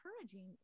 encouraging